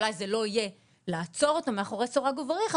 אולי זה לא יהיה לעצור אותו מאחורי סורג ובריח,